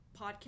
podcast